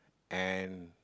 and